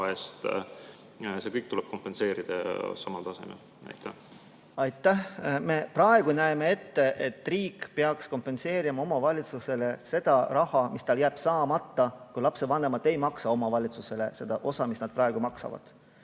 eest, see kõik tuleb kompenseerida samal tasemel? Aitäh! Me praegu näeme ette, et riik peaks kompenseerima omavalitsusele selle raha, mis tal jääb saamata, kui lastevanemad ei maksa omavalitsusele seda osa, mida nad praegu maksavad.